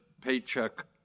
paycheck